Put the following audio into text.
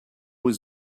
was